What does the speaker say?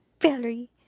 Valerie